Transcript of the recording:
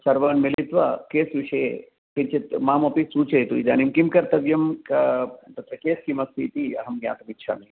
सर्वे मिलित्वा केस् विषये किञ्चित् माम् अपि सूचयतु इदानीं किं कर्तव्यं तत्र केस् किमस्ति इति अहं ज्ञातुम् इच्छामि